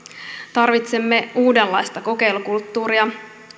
tarvitsemme uudenlaista kokeilukulttuuria